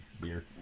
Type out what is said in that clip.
beer